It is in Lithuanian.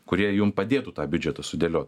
kurie jum padėtų tą biudžetą sudėliot